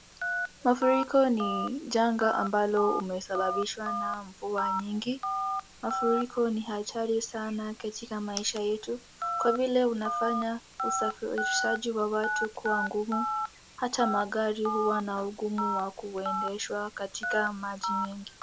Mafuriko ni janga ambalo umesababishwa na mvua nyingi. Mafuriko ni hatari sana katika maisha yetu kwa vile unafanya usafarishaji wa watu kuwa ngumu hata magari huwa na ugumu wa kuendeshwa katika maji mengi.